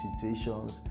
situations